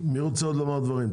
מי רוצה לומר דברים?